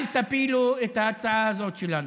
אל תפילו את ההצעה הזאת שלנו.